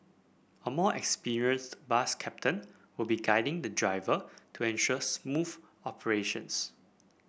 a more experienced bus captain will be guiding the driver to ensure smooth operations